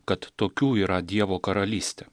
kad tokių yra dievo karalystė